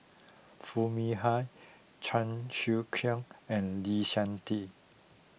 Foo Mee Har Chan Sek Keong and Lee Seng Tee